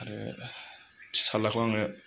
आरो फिसाज्लाखौ आङो